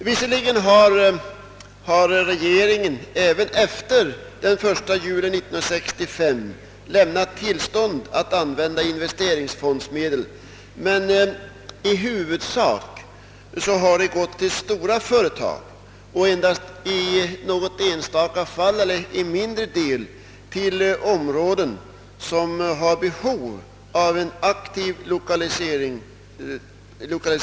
Visserligen har regeringen efter den 1 juli 1965 lämnat tillstånd att använda investeringsfondsmedel, men i huvudsak har medlen gått till stora företag och endast i mindre utsträckning till områden som behöver en aktiv lokalisering.